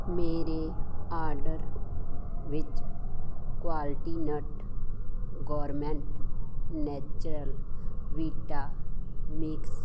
ਮੇਰੇ ਆਰਡਰ ਵਿੱਚ ਕੁਆਲੀਨ ਗੌਰਮੇਟ ਨੇਚੁਰਲ ਵੀਟਾ ਮਿਕਸ